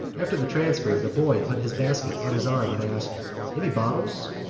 after the transfer the boy put his basket on his arm and asked any bottles?